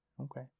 okay